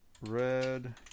Red